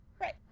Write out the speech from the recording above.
right